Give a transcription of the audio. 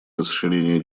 расширения